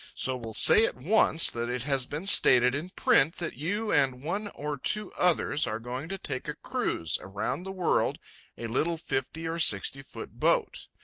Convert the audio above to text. so will say at once that it has been stated in print that you and one or two others are going to take a cruize around the world a little fifty or sixty-foot boat.